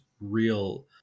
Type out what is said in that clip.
real